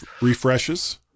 refreshes